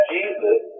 Jesus